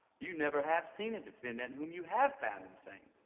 you never have seen a defendant whom you have found insane.